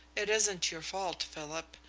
it isn't your fault, philip.